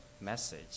message